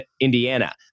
Indiana